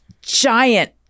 giant